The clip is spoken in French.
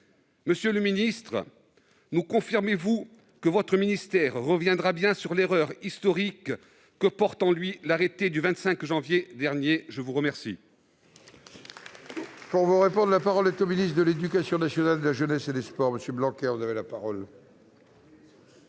Monsieur le ministre, nous confirmez-vous que votre ministère reviendra sur l'erreur historique que porte en lui l'arrêté du 25 janvier dernier ? Voilà